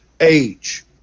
age